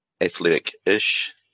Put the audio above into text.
athletic-ish